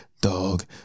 dog